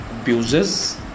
abuses